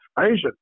Asian